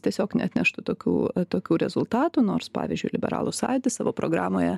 tiesiog neatneštų tokių tokių rezultatų nors pavyzdžiui liberalų sąjūdis savo programoje